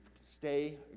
stay